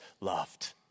loved